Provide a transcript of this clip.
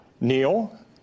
Neil